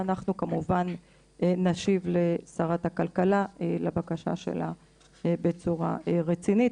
ואנחנו כמובן נשיב לבקשה של שרת הכלכלה בצורה רצינית,